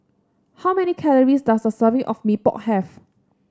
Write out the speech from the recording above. how many calories does a serving of Mee Pok have